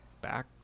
back